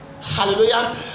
Hallelujah